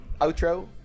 outro